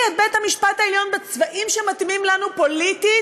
את בית-המשפט העליון בצבעים שמתאימים לנו פוליטית,